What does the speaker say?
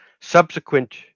subsequent